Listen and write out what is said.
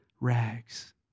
rags